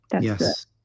Yes